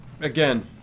again